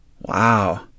Wow